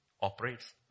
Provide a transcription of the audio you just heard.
operates